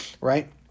right